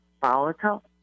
Volatile